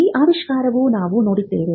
ಈ ಆವಿಷ್ಕಾರವನ್ನು ನಾವು ನೋಡಿದ್ದೇವೆ